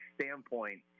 standpoint